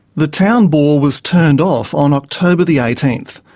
the town bore was turned off on october the eighteenth.